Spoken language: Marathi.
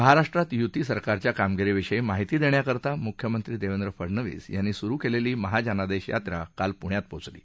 महाराष्ट्रात युती सरकारच्या कामगिरीविषयी माहिती देण्याकरता मुख्यमंत्री देवेंद्र फडणवीस यांनी सुरु केलेली महाजनादेश यात्रा काल पुण्यात पोचली